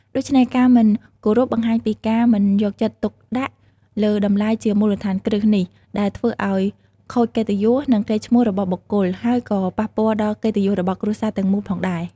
ដូច្នេះ ការមិនគោរពបង្ហាញពីការមិនយកចិត្តទុកដាក់លើតម្លៃជាមូលដ្ឋានគ្រឹះនេះ ដែលធ្វើឲ្យខូចកិត្តិយស និងកេរ្តិ៍ឈ្មោះរបស់បុគ្គល ហើយក៏ប៉ះពាល់ដល់កិត្តិយសរបស់គ្រួសារទាំងមូលផងដែរ។